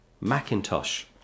Macintosh